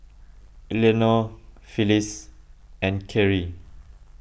Elenore Phillis and Kerrie